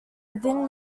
within